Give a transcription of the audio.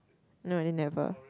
no I think never